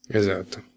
esatto